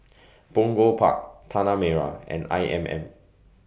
Punggol Park Tanah Merah and I M M